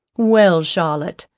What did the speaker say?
well, charlotte,